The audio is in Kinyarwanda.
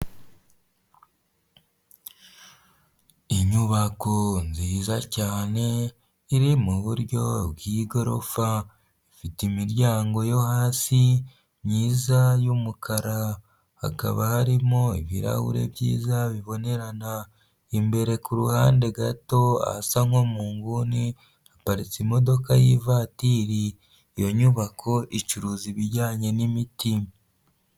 Inyubako nziza cyane iri muburyo bw'igorofa ifite imiryango yo hasi myiza yumukara hakaba harimo ibirahure byiza bibonerana, imbere ku ruhande gato ahasa nko mu nguni haparitse imodoka y'ivatiri, iyo nyubako icuruza ibijyanye n'imiti.